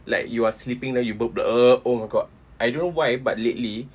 like you are sleeping then you burp like oh my god I don't know why but lately